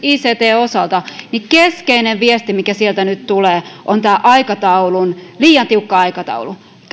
ictn osalta keskeinen viesti mikä sieltä nyt tulee on tämä liian tiukka aikataulu